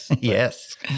Yes